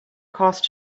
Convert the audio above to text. cost